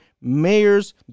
mayors